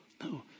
No